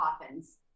coffins